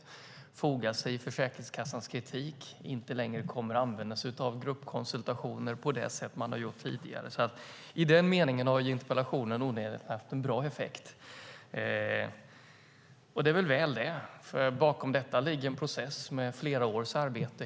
Man fogar sig i kritiken och kommer inte längre att använda sig av gruppkonsultationer på det sätt man har gjort tidigare. I den meningen har interpellationen onekligen haft en bra effekt. Det är väl, för bakom detta ligger en process med flera års arbete.